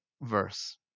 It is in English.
verse